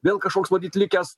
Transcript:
vėl kažkoks matyt likęs